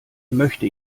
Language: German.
möchte